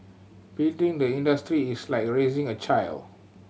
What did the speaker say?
building the industry is like raising a child